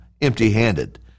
empty-handed